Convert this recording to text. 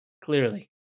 clearly